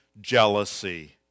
Jealousy